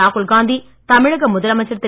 ராகுல்காந்தி தமிழக முதலமைச்சர் திரு